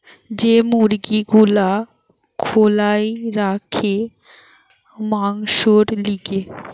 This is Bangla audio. যে মুরগি গুলা খোলায় রাখে মাংসোর লিগে